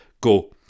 go